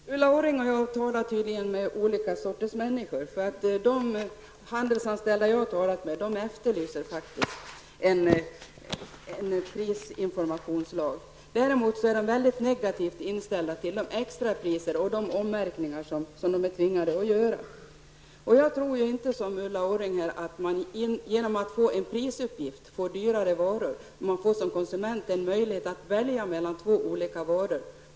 Herr talman! Ulla Orring och jag talar tydligen med olika sorters människor. De handelsanställda som jag har talat med efterlyser faktiskt en prisinformationslag. Däremot är de mycket negativt inställda till de ommärkningar som de är tvingade att göra till följd av extrapriser. Jag tror inte att varorna blir dyrare bara därför att de förses med prisuppgifter. Som konsument ges man ju möjlighet att välja mellan olika varor.